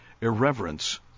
irreverence